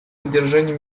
поддержанию